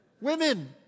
Women